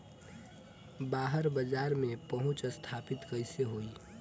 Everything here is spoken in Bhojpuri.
बाहर बाजार में पहुंच स्थापित कैसे होई?